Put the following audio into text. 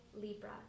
Libra